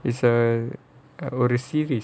it's a our receive is